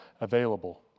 available